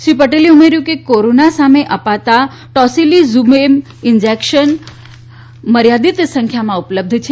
શ્રી પટેલે ઉમેર્યૂં કે કોરોના સામે અપાતા ટોસિલિઝમેબ ઈન્જેક્શન મર્યાદિત સંખ્યામાં ઉપલબ્ધ છે